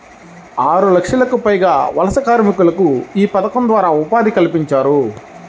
ఆరులక్షలకు పైగా వలస కార్మికులకు యీ పథకం ద్వారా ఉపాధి కల్పించారు